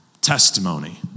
testimony